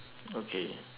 okay